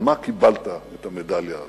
על מה קיבלת את המדליה הזאת.